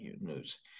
news